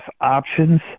options